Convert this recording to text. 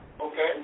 Okay